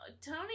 Tony